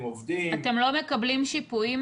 עובדים --- אתם לא מקבלים שיפויים,